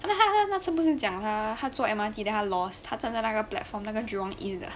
他他那次不是讲他他坐 mrt then 他 lost 他站在那个 platform 那个 jurong east 的